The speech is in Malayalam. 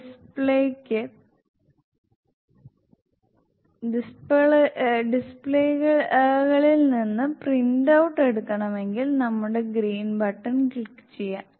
ഡിസ്പ്ലേകളിൽ നിന്ന് പ്രിന്റ് ഔട്ട് എടുക്കണമെങ്കിൽ നമുക്ക് ഗ്രീൻ ബട്ടൺ ക്ലിക്ക് ചെയ്യാം